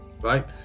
right